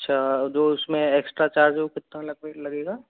अच्छा जो उसमें एक्स्ट्रा चार्ज है वो कितना लगभग लगेगा